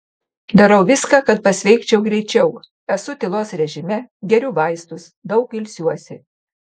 darau viską kad pasveikčiau greičiau esu tylos režime geriu vaistus daug ilsiuosi